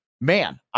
man